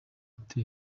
ate